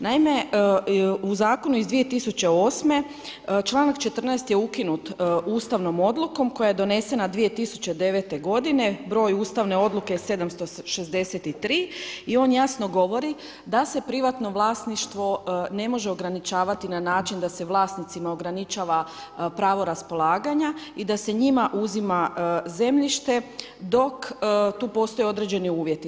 Naime u zakonu iz 2008. čl. 14. je ukinut ustanovom odlukom koja je donesena 2009.g. broj ustavne odluke je 763 i on jasno govori da se privatno vlasništvo ne može ograničavati na način, da se vlasnicima ograničava pravo raspolaganja i da se njima uzima zemljište, dok, tu postoje određeni uvjeti.